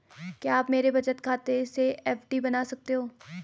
क्या आप मेरे बचत खाते से एफ.डी बना सकते हो?